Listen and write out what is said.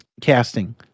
casting